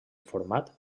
format